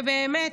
ובאמת,